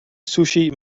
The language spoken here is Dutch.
sushi